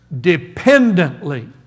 dependently